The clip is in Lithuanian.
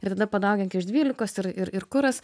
ir tada padaugink iš dvylikos ir ir ir kuras